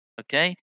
Okay